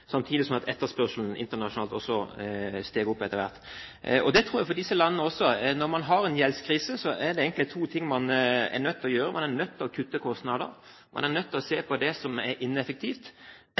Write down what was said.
samtidig som etterspørselen internasjonalt steg etter hvert. Når man har en gjeldskrise i disse landene, er det egentlig to ting man er nødt til å gjøre: Man er nødt til å kutte kostnader, man er nødt til å se på det som er ineffektivt,